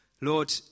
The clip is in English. Lord